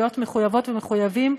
להיות מחויבות ומחויבים,